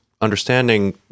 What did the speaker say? understanding